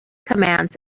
commands